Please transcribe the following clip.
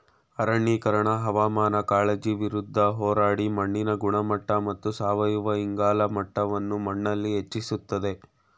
ಅರಣ್ಯೀಕರಣ ಹವಾಮಾನ ಕಾಳಜಿ ವಿರುದ್ಧ ಹೋರಾಡಿ ಮಣ್ಣಿನ ಗುಣಮಟ್ಟ ಮತ್ತು ಸಾವಯವ ಇಂಗಾಲ ಮಟ್ಟವನ್ನು ಮಣ್ಣಲ್ಲಿ ಹೆಚ್ಚಿಸ್ತದೆ